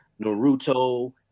Naruto